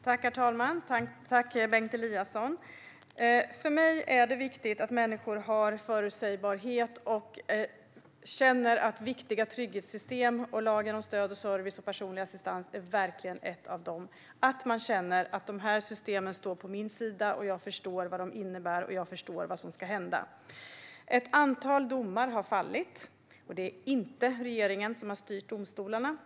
Herr talman! Tack, Bengt Eliasson! För mig är det viktigt att människor har förutsägbarhet och känner att viktiga trygghetssystem står på deras sida och att de förstår vad de innebär och vad som ska hända. Ett av de systemen är personlig assistans enligt lagen om stöd och service till vissa funktionshindrade. Ett antal domar har fallit. Det är inte regeringen som har styrt domstolarna.